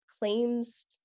claims